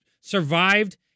survived